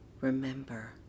remember